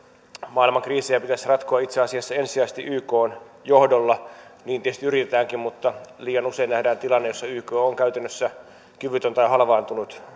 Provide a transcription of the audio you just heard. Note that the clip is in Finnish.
maailman kriisejä pitäisi ratkoa itse asiassa ensisijaisesti ykn johdolla niin tietysti yritetäänkin mutta liian usein nähdään tilanne jossa yk on käytännössä kyvytön tai halvaantunut